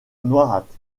noirâtre